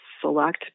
select